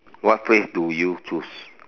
what phrase do you choose